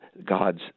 god's